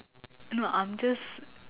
no I'm just